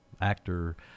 actor